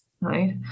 right